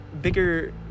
bigger